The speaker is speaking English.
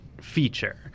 feature